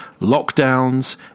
lockdowns